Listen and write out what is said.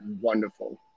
wonderful